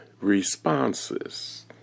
responses